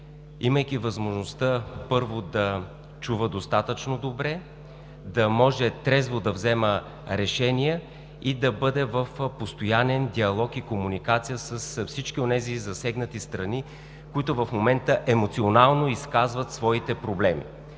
имайки възможността, първо, да чува достатъчно добре, да може трезво да взема решения и да бъде в постоянен диалог и комуникация с всички онези засегнати страни, които в момента емоционално изказват своите проблеми.